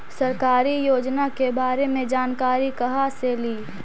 सरकारी योजना के बारे मे जानकारी कहा से ली?